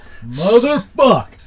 Motherfuck